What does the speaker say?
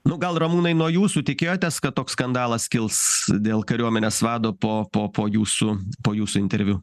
nu gal ramūnai nuo jūsų tikėjotės kad toks skandalas kils dėl kariuomenės vado po po po jūsų po jūsų interviu